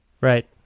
Right